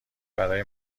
برای